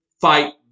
fight